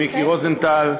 מיקי רוזנטל,